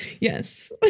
Yes